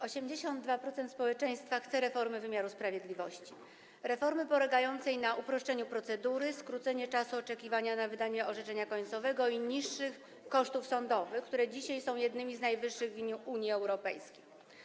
82% społeczeństwa chce reformy wymiaru sprawiedliwości, reformy polegającej na uproszczeniu procedury, skróceniu czasu oczekiwania na wydanie orzeczenia końcowego i obniżeniu kosztów sądowych, które dzisiaj są jednymi z najwyższych w Unii Europejskiej.